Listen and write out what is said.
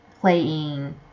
playing